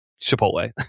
Chipotle